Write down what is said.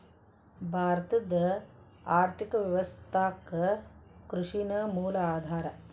ಭಾರತದ್ ಆರ್ಥಿಕ ವ್ಯವಸ್ಥಾಕ್ಕ ಕೃಷಿ ನ ಮೂಲ ಆಧಾರಾ